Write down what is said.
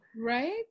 right